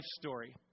story